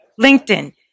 LinkedIn